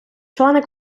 члени